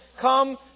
Come